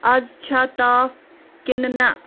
آز چھےٚ تاپھ کِنہٕ نَہ